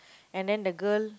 and then the girl